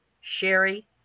Sherry